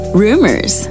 rumors